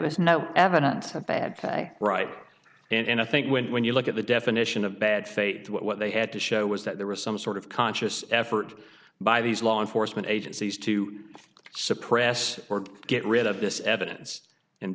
was no evidence of bad right and i think when you look at the definition of bad faith what they had to show was that there was some sort of conscious effort by these law enforcement agencies to suppress or get rid of this evidence and